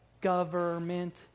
government